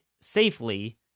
safely